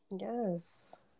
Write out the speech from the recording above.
Yes